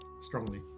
strongly